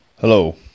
hello